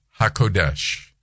HaKodesh